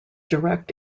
direct